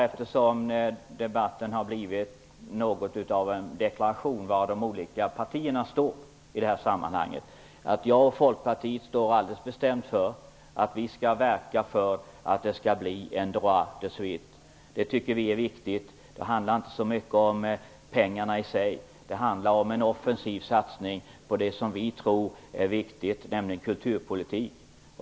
Eftersom debatten mynnat ut i något av en deklaration av var de olika partierna står i detta sammanhang, vill jag säga att jag och Folkpartiet står alldeles bestämt för att verka för en ''droit de suite''. Vi tycker det är viktigt. Det handlar inte så mycket om pengarna i sig. Det handlar om en offensiv satsning på det som vi tror är viktigt, nämligen kulturpolitik.